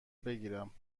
بگیرم